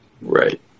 right